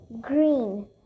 green